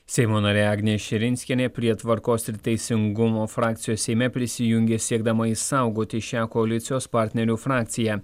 seimo narė agnė širinskienė prie tvarkos ir teisingumo frakcijos seime prisijungė siekdama išsaugoti šią koalicijos partnerių frakciją